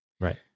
Right